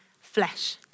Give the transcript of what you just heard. flesh